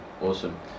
awesome